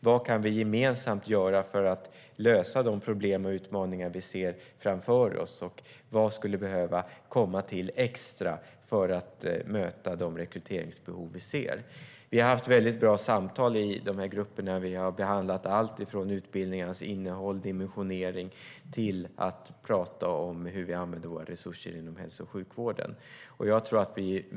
Vad kan vi gemensamt göra för att lösa de problem och utmaningar som vi ser framför oss? Vad skulle behöva komma till extra för att möta de rekryteringsbehov som vi ser? Vi har haft väldigt bra samtal i grupperna. Vi har behandlat alltifrån utbildningarnas innehåll och dimensionering till hur vi använder våra resurser inom hälso och sjukvården.